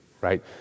right